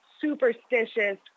superstitious